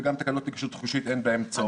וגם תקנות נגישות חושית אין בהן צורך.